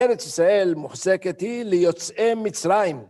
ארץ ישראל מוחזקת היא ליוצאי מצרים